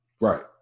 Right